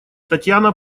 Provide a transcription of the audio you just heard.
татьяна